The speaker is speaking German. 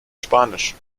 spanisch